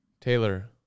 Taylor